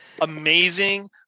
amazing